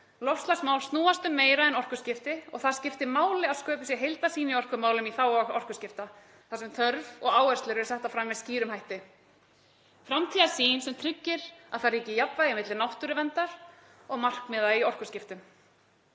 Loftslagsmál snúast um meira en orkuskipti. Það skiptir máli að sköpuð sé heildarsýn í orkumálum í þágu orkuskipta þar sem þörf og áherslur eru settar fram með skýrum hætti, framtíðarsýn sem tryggir að það ríki jafnvægi milli náttúruverndar og markmiða í orkuskiptum.